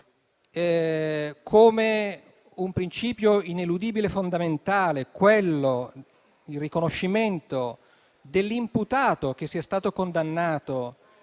come un principio ineludibile fondamentale il riconoscimento dell'imputato che sia stato condannato